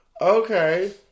Okay